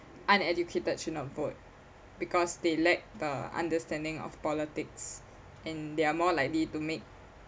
uneducated should not vote because they lack the understanding of politics and they are more likely to make